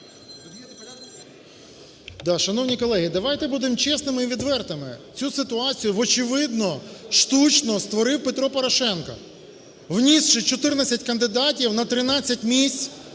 Шановні колеги, давайте будемо чесними і відвертими. Цю ситуацію очевидно штучно створив Петро Порошенко, внісши 14 кандидатів на 13 місць